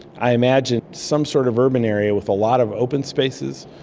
i imagine, some sort of urban area with a lot of open spaces,